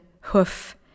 hoof